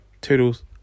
toodles